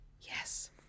Yes